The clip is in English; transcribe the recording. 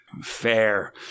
Fair